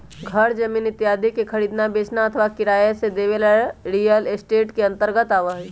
घर जमीन इत्यादि के खरीदना, बेचना अथवा किराया से देवे ला रियल एस्टेट के अंतर्गत आवा हई